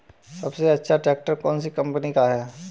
सबसे अच्छा ट्रैक्टर कौन सी कम्पनी का है?